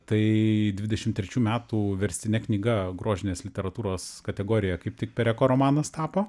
tai dvidešim trečių metų verstine knyga grožinės literatūros kategorijoje kaip tik pereko romanas tapo